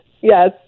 Yes